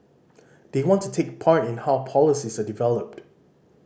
they want to take part in how policies are developed